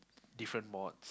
different mods